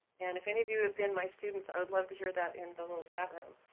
and if any of you have been my students, i would love to hear that in the little chatroom.